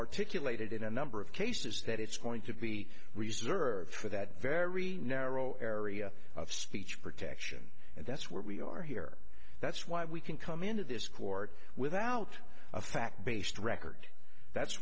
articulated in a number of cases that it's going to be reserved for that very narrow area of speech protection and that's where we are here that's why we can come into this court without a fact based record that's